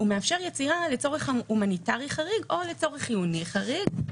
מאפשר יציאה לצורך הומניטרי חריג או לצורך חיוני חריג,